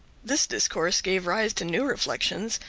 this discourse gave rise to new reflections,